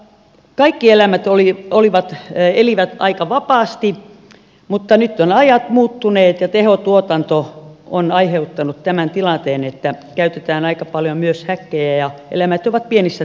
kaikki eläimet elivät aika vapaasti mutta nyt ovat ajat muuttuneet ja tehotuotanto on aiheuttanut tämän tilanteen että käytetään aika paljon myös häkkejä ja eläimet ovat pienissä tiloissa